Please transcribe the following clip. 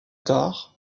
tard